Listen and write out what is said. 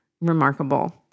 remarkable